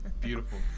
Beautiful